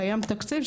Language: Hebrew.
קיים תקציב,